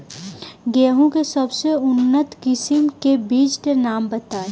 गेहूं के सबसे उन्नत किस्म के बिज के नाम बताई?